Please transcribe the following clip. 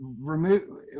Remove